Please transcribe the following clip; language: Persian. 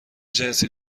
جنسی